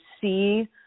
see